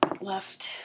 left